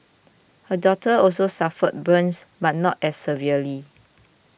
her daughter also suffered burns but not as severely